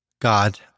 God